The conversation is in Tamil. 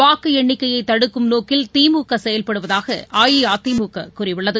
வாக்கு எண்ணிக்கைய தடுக்கும் நோக்கில் திமுக செயல்படுவதாக அஇஅதிமுக கூறியுள்ளது